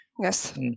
Yes